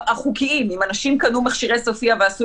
החוקיים אם אנשים קנו מכשירי סופיה ועשו